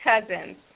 cousins